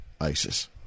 ISIS